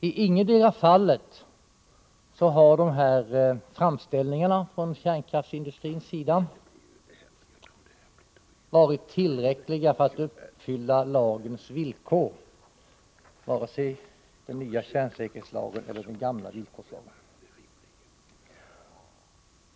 I ingetdera fallet har framställningarna från kärnkraftsindustrins sida uppfyllt villkoren vare sig i den nuvarande kärnsäkerhetslagen eller i den gamla villkorslagen.